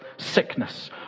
Sickness